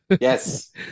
yes